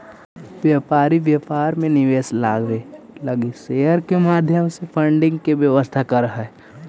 व्यापारी व्यापार में निवेश लावे लगी शेयर के माध्यम से फंडिंग के व्यवस्था करऽ हई